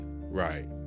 right